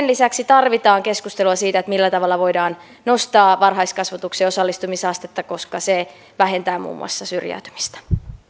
lisäksi tarvitaan keskustelua siitä millä tavalla voidaan nostaa varhaiskasvatukseen osallistumisen astetta koska se vähentää muun muassa syrjäytymistä